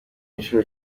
nshuro